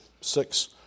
six